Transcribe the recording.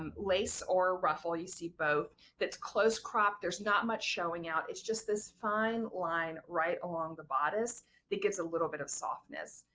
um lace or ruffle you see both that's close cropped. there's not much showing out it, just this fine line right along the bodice that gives a little bit of softness.